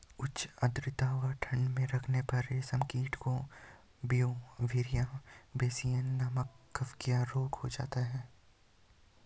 उच्च आद्रता व ठंड में रखने पर रेशम कीट को ब्यूवेरिया बेसियाना नमक कवकीय रोग हो जाता है